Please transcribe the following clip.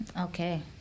okay